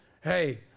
hey